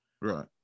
Right